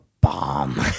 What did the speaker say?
bomb